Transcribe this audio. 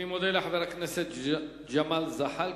אני מודה לחבר הכנסת ג'מאל זחאלקה.